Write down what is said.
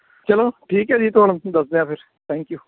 ਚਲੋ ਠੀਕ ਹੈ ਜੀ ਤੁਹਾਨੂੰ ਅਸੀਂ ਦੱਸਦੇ ਹਾਂ ਫਿਰ ਥੈਂਕ ਯੂ